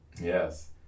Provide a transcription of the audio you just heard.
Yes